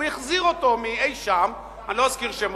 הוא החזיר אותו מאי-שם, אני לא אזכיר שמות.